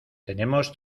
tenemos